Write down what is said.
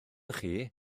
chi